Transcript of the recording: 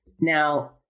Now